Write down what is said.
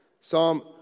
Psalm